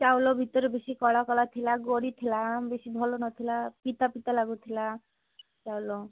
ଚାଉଳ ଭିତରେ ବେଶି କଳାକଳା ଥିଲା ଗୋଡ଼ି ଥିଲା ବେଶି ଭଲନଥିଲା ପିତାପିତା ଲାଗୁଥିଲା ଚାଉଳ